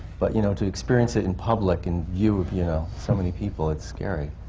but you know, to experience it in public, in view of, you know, so many people, it's scary.